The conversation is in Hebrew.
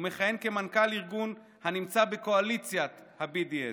ומכהן כמנכ"ל ארגון הנמצא בקואליציית ה-BDS.